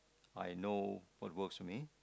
I know what works for me